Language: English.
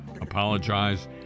apologize